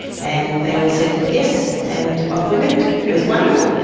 and they all said yes, and off we went. it was wonderful.